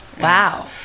Wow